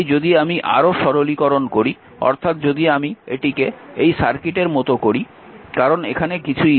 তাই যদি আমি আরও সরলীকরণ করি অর্থাৎ যদি আমি এটিকে এই সার্কিটের মতো করি কারণ এখানে কিছুই নেই